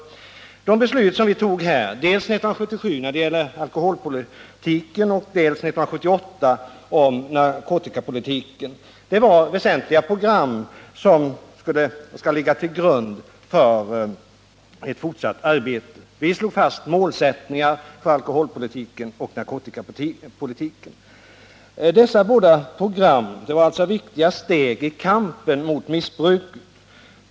I de beslut som vi fattade i riksdagen dels 1977 om alkoholpolitiken, dels 1978 om narkotikapolitiken antogs program med väsentliga målsättningar, som skall ligga till grund för ett fortsatt arbete på dessa områden. Dessa båda program var viktiga steg i kampen mot missbruket.